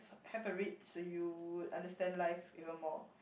have have a read so you would understand life even more